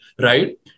Right